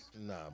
Nah